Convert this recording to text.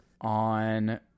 on